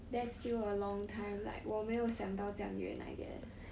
that's still a long time like 我没有想到这样远 I guess